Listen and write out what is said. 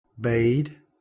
bade